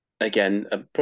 Again